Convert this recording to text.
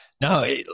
No